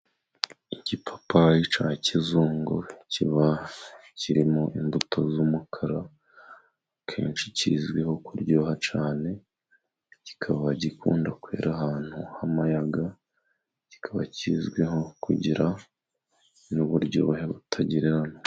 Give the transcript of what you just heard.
Igipapayi cya kizungu kiba kirimo imbuto z'umukara, akenshi kizwiho kuryoha cyane, kikaba gikunda kwera ahantu h'amayaga, kikaba kizwiho kugira n'uburyohe butagereranwa.